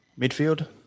midfield